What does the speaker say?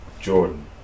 Jordan